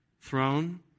throne